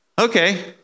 okay